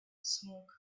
smoke